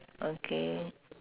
okay